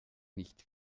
nicht